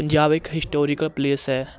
ਪੰਜਾਬ ਇੱਕ historical place ਹੈ